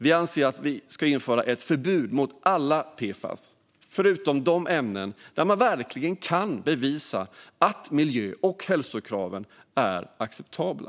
Vi anser att det bör införas ett förbud mot alla PFAS förutom de ämnen vars miljö och hälsokrav man verkligen kan bevisa är acceptabla.